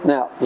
Now